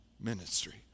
ministry